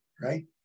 right